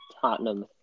Tottenham